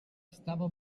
estava